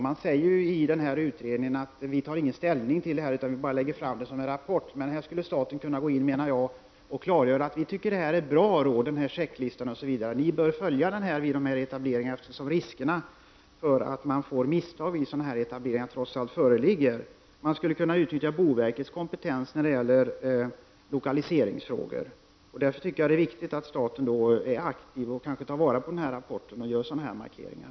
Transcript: Man säger i utredningen att man inte tar ställning utan bara lägger fram synpunkterna som en rapport. Här menar jag att staten skulle kunna gå in och klargöra att man tycker att checklistan m.m. är bra: Ni bör följa detta vid etableringarna, eftersom risker för att misstag begås vid sådana här etableringar trots allt föreligger. Man skulle kunna utnyttja boverkets kompetens när det gäller lokaliseringsfrågor. Därför tycker jag att det är viktigt att staten är aktiv, tar vara på den här rapporten och gör sådana här markeringar.